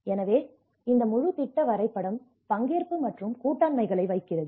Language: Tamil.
எனவே இந்த முழு திட்ட வரைபடம் பங்கேற்பு மற்றும் கூட்டாண்மைகளை வைக்கிறது